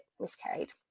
miscarried